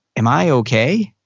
am i okay?